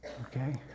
okay